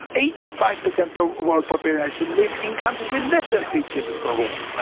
eighty five percent of world population live in countries with less than three children per woman,